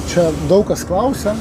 čia daug kas klausia